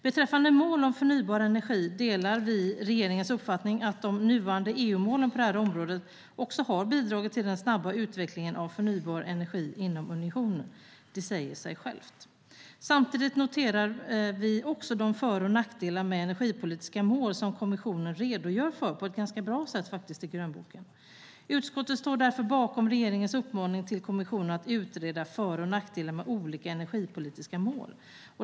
Beträffande mål om förnybar energi delar vi regeringens uppfattning att de nuvarande EU-målen på detta område har bidragit till den snabba utvecklingen av förnybar energi inom unionen. Det säger sig självt. Samtidigt noterar vi också de för och nackdelar med energipolitiska mål som kommissionen redogör för på ett ganska bra sätt i grönboken. Utskottet står därför bakom regeringens uppmaning till kommissionen att utreda för och nackdelar med olika energipolitiska mål.